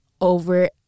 over